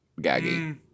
Gaggy